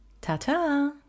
Ta-ta